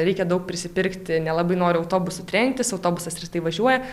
reikia daug prisipirkti nelabai nori autobusu trenktis autobusas retai važiuoja